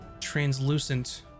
translucent